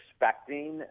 expecting